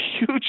huge